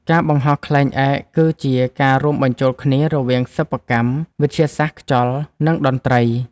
ការបង្ហោះខ្លែងឯកគឺជាការរួមបញ្ចូលគ្នារវាងសិប្បកម្ម វិទ្យាសាស្ត្រខ្យល់ និងតន្ត្រី។